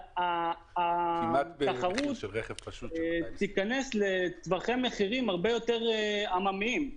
התחרות תיכנס לטווחי מחירים הרבה יותר עממיים.